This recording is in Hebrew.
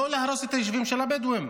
לא להרוס את היישובים של הבדואים.